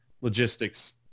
logistics